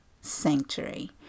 sanctuary